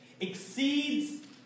exceeds